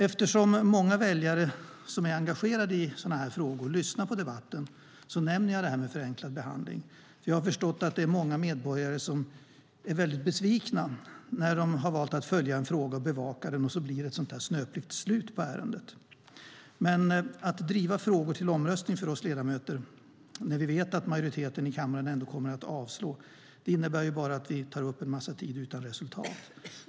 Eftersom många väljare som är engagerade i sådana här frågor lyssnar på debatten nämner jag det här med förenklad behandling. Jag har förstått att det är många medborgare som är väldigt besvikna när de har valt att följa och bevaka en fråga och det blir ett sådant här snöpligt slut på ärendet. Men att driva frågor till omröstning när vi vet att majoriteten i kammaren ändå kommer att avslå förslaget innebär för oss ledamöter bara att vi tar upp en massa tid utan resultat.